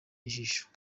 ijisho